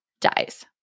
dies